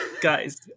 Guys